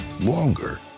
longer